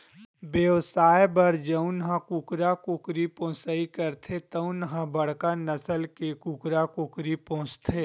बेवसाय बर जउन ह कुकरा कुकरी पोसइ करथे तउन ह बड़का नसल के कुकरा कुकरी पोसथे